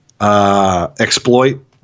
exploit